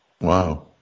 Wow